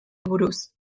buruz